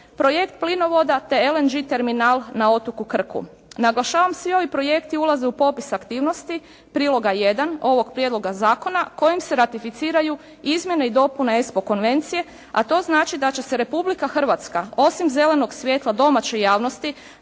projekt plinovoda te LNG terminal na otoku Krku. Naglašavam svi ovi projekti ulaze u popis aktivnosti priloga 1 ovog prijedloga zakona kojim se ratificiraju izmjene i dopune ESPO konvencije a to znači da će se Republika Hrvatska osim zelenog svjetla domaće javnosti